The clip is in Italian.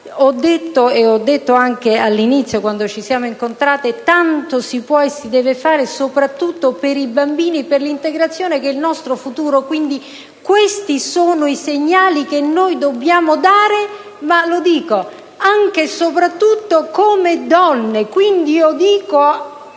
ho detto sin dall'inizio, quando ci siamo incontrate, che tanto si può e si deve fare, soprattutto per i bambini e per l'integrazione, che sono il nostro futuro. Quindi questi sono i segnali che noi dobbiamo dare, e lo dico anche e soprattutto come donne.